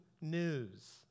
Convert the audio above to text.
news